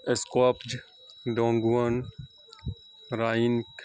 Skopje ڈونگون رائنک